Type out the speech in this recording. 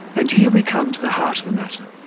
and here we come to the heart of the matter.